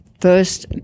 first